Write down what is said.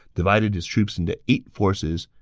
divided his troops into eight forces,